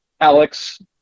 alex